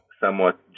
somewhat